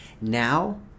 now